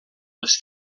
les